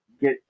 get